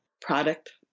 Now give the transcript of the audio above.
product